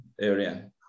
area